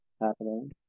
happening